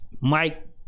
Mike